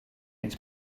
its